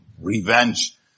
revenge